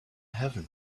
heaven